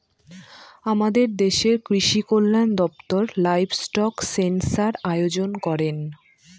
আমাদের দেশের কৃষিকল্যান দপ্তর লাইভস্টক সেনসাস আয়োজন করেন